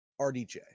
RDJ